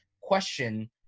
question